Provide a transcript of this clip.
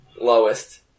lowest